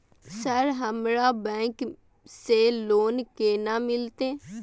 Sir हमरा bank से loan केना मिलते?